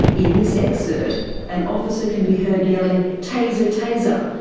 in this excerpt an officer can be heard yelling, taser! taser!